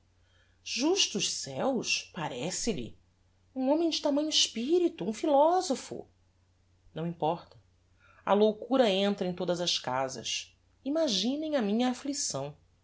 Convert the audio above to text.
justos ceus parece-lhe um homem de tamanho espirito um philosopho não importa a loucura entra em todas as casas imaginem a minha afflicção